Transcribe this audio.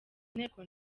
inteko